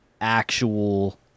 actual